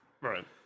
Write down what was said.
right